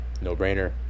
no-brainer